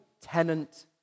tenant